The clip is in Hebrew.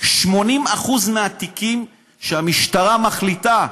80% מהתיקים שהמשטרה מחליטה,